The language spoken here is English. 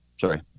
Sorry